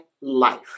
life